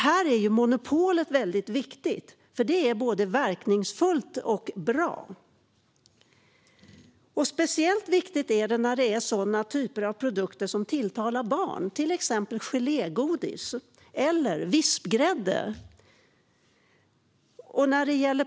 Här är monopolet viktigt, för det är både verkningsfullt och bra. Speciellt viktigt är monopolet när det gäller sådana produkter som tilltalar barn, till exempel gelégodis och vispgrädde.